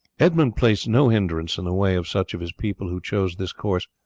edmund placed no hindrance in the way of such of his people who chose this course,